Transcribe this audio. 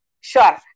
Sure